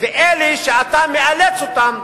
ואלה שאתה מאלץ אותם